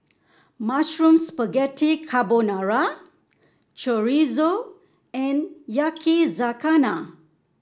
Mushroom Spaghetti Carbonara Chorizo and Yakizakana